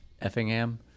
Effingham